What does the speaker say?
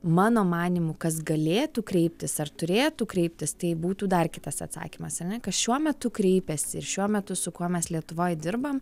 mano manymu kas galėtų kreiptis ar turėtų kreiptis tai būtų dar kitas atsakymas ane kas šiuo metu kreipiasi ir šiuo metu su kuo mes lietuvoj dirbam